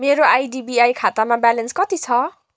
मेरो आइडिबिआई खातामा ब्यालेन्स कति छ